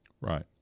Right